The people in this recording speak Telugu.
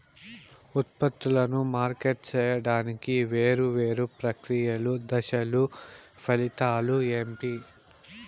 ఉత్పత్తులను మార్కెట్ సేయడానికి వేరువేరు ప్రక్రియలు దశలు ఫలితాలు ఏంటి?